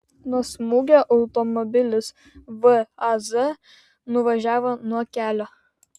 nuo smūgio automobilis vaz nuvažiavo nuo kelio